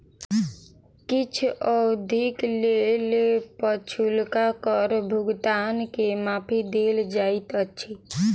किछ अवधिक लेल पछुलका कर भुगतान के माफी देल जाइत अछि